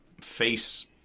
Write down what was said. face